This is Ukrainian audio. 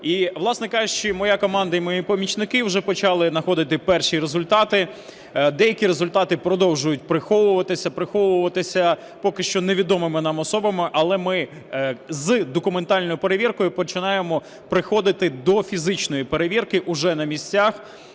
І, власне кажучи, моя команда і мої помічники вже почали находити перші результати. Деякі результати продовжують приховуватися, приховуватися поки що невідомими нам особами. Але ми з документальною перевіркою починаємо приходити до фізичної перевірки уже на місцях